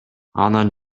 анан